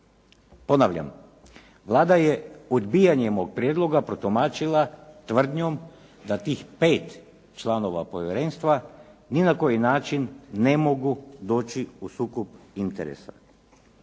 Ponavljam, Vlada je odbijanjem mog prijedloga protumačila tvrdnjom da tih pet članova povjerenstva ni na koji način ne mogu doći u sukob interesa.